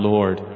Lord